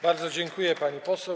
Bardzo dziękuję, pani poseł.